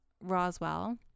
Roswell